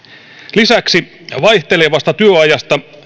lisäksi vaihtelevasta työajasta